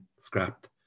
scrapped